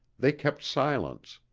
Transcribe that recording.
they kept silence.